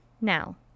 Now